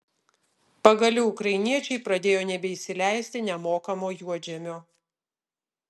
pagaliau ukrainiečiai pradėjo nebeįsileisti nemokamo juodžemio